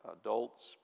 adults